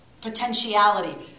potentiality